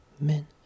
men